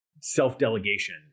self-delegation